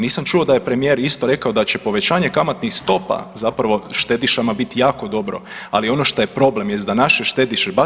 Nisam čuo da je premijer isto rekao da će povećanje kamatnih stopa zapravo štedišama biti jako dobro, ali ono što je problem jest da naše štediše